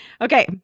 Okay